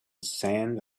sand